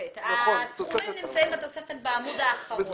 הסכומים נמצאים בתוספת בעמוד האחרון.